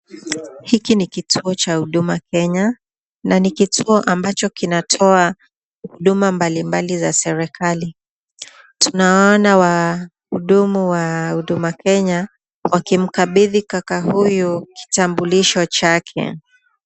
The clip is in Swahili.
Hiki ni kituo ambacho cha Huduma Kenya na ni kituo ambacho kinatoa huduma mbali mbali za serikali. Tunaona wahudumu wa huduma Kenya, wakimkibadhi kaka huyu kitambulisho chake.